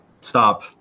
stop